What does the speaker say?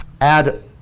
add